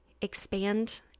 expand